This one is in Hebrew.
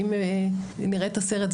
אם נראה את הסרט,